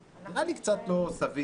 נראה לי קצת לא סביר,